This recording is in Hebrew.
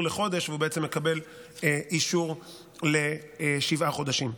לחודש והוא בעצם מקבל אישור לשבעה חודשים.